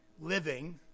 living